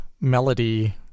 melody